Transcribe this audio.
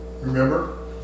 remember